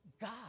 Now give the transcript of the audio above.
God